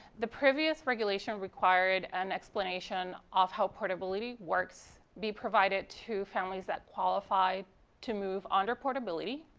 the previous regulation required an explanation of how portability works be provided to families that qualified to move under portability,